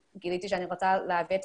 בגלל הקורונה לא יכולתי לטוס ולראות אותו.